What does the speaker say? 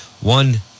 one